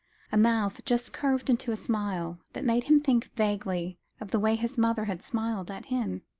a mouth just curved into a smile, that made him think vaguely of the way his mother had smiled at him,